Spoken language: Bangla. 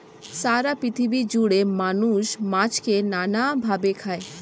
সারা পৃথিবী জুড়ে মানুষ মাছকে নানা ভাবে খায়